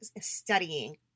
studying